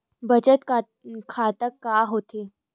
बचत खाता का होथे?